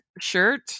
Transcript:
shirt